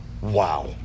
wow